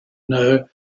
know